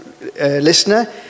listener